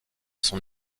son